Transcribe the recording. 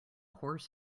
horse